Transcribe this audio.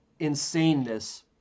insaneness